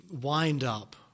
wind-up